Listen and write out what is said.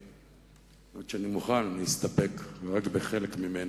שאני מוכן להסתפק רק בחלק ממנה.